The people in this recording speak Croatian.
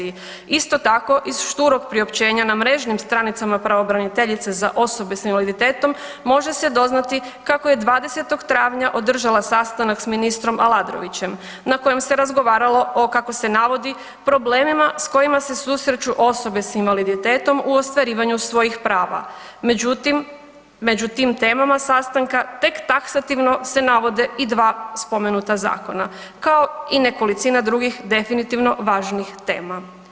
Isto tako, iz šturog priopćenja na mrežnim stranicama pravobraniteljice za osobe sa invaliditetom, može se doznati kako je 20. travnja održati sastanak s ministrom Aladrovićem na kojem se razgovaralo o, kako se navodi, problemima s kojima se susreću osobe s invaliditetom u ostvarivanju svojih prava, međutim, među tim temama sastanka tek taksativno se navode i dva spomenuta zakona, kao i nekolicina drugih, definitivno važnijih tema.